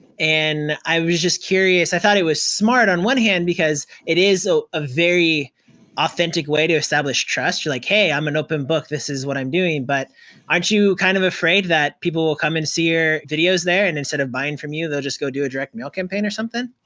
and i was just curious, i thought it was smart on one hand because it is ah a very authentic way to establish trust. you're like, hey, i'm an open book, this is what i'm doing, but aren't you kind of afraid that people will come and see your videos there and instead of buying from you, they'll just go do a direct mail campaign or something?